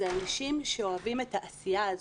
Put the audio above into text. אלה אנשים שאוהבים את העשייה הזאת.